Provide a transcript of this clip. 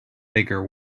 bigger